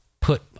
put